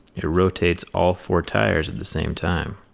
it rotates all four tires at the same time.